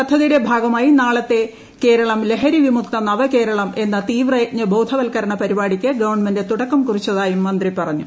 പദ്ധതിയുടെ ഭാഗ്മായി ് നാളത്തെ കേരളം ലഹരി വിമുക്ത നവകേരളം എന്ന തീവ്രയ്ജ്ഞ ബോധവൽക്കരണ പരിപാടിക്ക് ഗവൺമെന്റ് തുടക്കം കുറിച്ചത്ത്യും മന്ത്രി പറഞ്ഞു